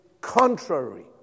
contrary